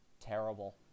terrible